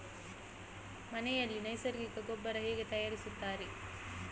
ಮನೆಯಲ್ಲಿ ನೈಸರ್ಗಿಕ ಗೊಬ್ಬರ ಹೇಗೆ ತಯಾರಿಸುತ್ತಾರೆ?